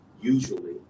usually